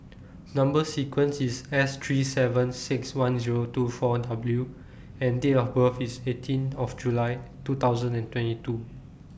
Number sequence IS S three seven six one Zero two four W and Date of birth IS eighteen of July two thousand and twenty two